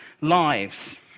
lives